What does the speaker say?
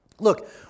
Look